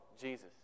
Jesus